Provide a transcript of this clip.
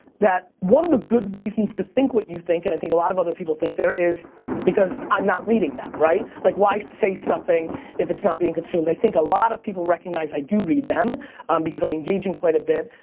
that one of the good reasons to think what you think and i think a lot of other people think, there is because i'm not reading that right? like why say something if it's not being consumed. i think a lot of people recognize i do read them because i'm engaging quite a bit.